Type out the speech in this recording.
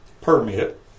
permit